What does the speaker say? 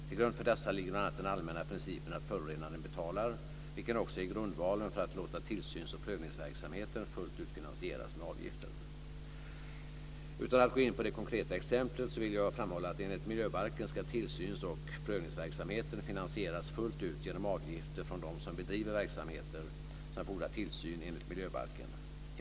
Till grund för dessa ligger bl.a. den allmänna principen att förorenaren betalar, vilken också är grundvalen för att låta tillsyns och prövningsverksamheten fullt ut finansieras med avgifter. Utan att gå in på det konkreta exemplet så vill jag framhålla att enligt miljöbalken ska tillsyns och prövningsverksamheten finansieras fullt ut genom avgifter från dem som bedriver verksamheter som fordrar tillsyn enligt miljöbalken.